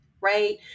right